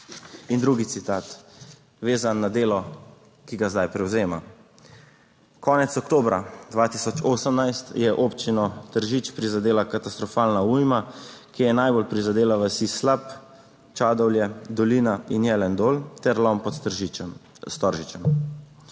In drugi citat, vezan na delo, ki ga zdaj prevzema: "Konec oktobra 2018 je občino Tržič prizadela katastrofalna ujma, ki je najbolj prizadela vasi Slap, Čadovlje, Dolina in Jelendol ter Lom pod Tržičem,